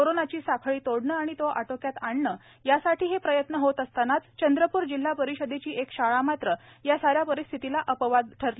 कोरोनाची साखळी तोडणे आणि तो आटोक्यात आणणे यासाठी हे प्रयत्न होत असतानाच चंद्रपूर जिल्हा परिषदेची एक शाळा मात्र या साऱ्या परिस्थिला अपवाद ठरली